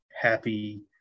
happy